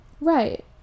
Right